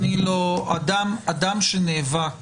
אדם שנאבק